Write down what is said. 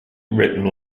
written